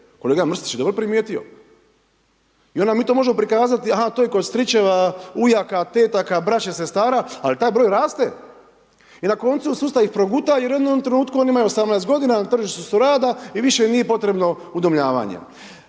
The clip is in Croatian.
Kolega Mrsić je dobro primijetio. I onda mi to možemo prikazati, aha, to je kod stričeva, ujaka, tetaka, braće, sestara, ali taj broj raste i na koncu sustav ih proguta jer oni u jednom trenutku oni imaju 18 godina i na tržištu su rada i više im nije potrebno udomljavanje.